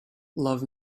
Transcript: love